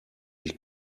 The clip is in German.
ich